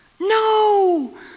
no